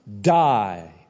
die